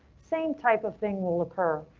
same type of thing will occur.